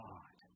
God